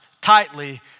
tightly